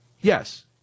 Yes